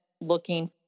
looking